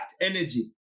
energy